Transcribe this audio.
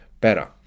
better